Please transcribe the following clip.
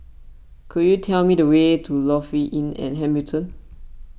could you tell me the way to Lofi Inn at Hamilton